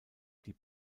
die